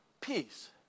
Peace